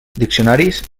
diccionaris